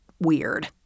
weird